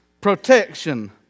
protection